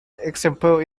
example